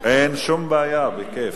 אין שום בעיה, בכיף.